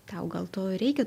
tau gal to reikia